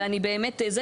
ואני באמת, זה